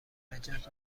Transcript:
نجات